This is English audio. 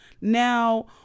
Now